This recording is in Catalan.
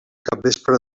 capvespre